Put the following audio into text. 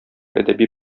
әдәби